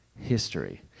history